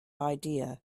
idea